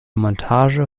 montage